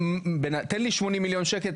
תן לי 80 מיליון שקל,